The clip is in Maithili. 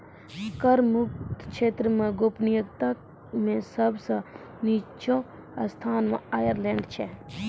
कर मुक्त क्षेत्र मे गोपनीयता मे सब सं निच्चो स्थान मे आयरलैंड छै